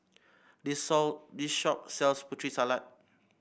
this this shop sells Putri Salad